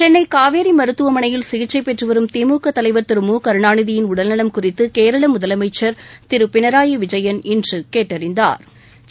சென்னை காவேரி மருத்துவமனையில் சிகிச்சை பெற்றும் வரும் திமுக தலைவர் திரு மு கருணாநிதியின் உடல் நலம் குறித்து கேரள முதலமைச்சா் திரு பினராயி விஜயன் இன்று கேட்டறிந்தாா்